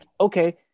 okay